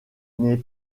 n’es